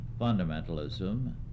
fundamentalism